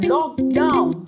Lockdown